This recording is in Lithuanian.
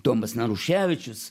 tomas naruševičius